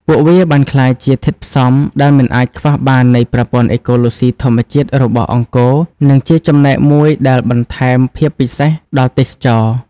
ពួកវាបានក្លាយជាធាតុផ្សំដែលមិនអាចខ្វះបាននៃប្រព័ន្ធអេកូឡូស៊ីធម្មជាតិរបស់អង្គរ និងជាចំណែកមួយដែលបន្ថែមភាពពិសេសដល់ទេសចរណ៍។